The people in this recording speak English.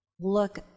look